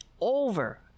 over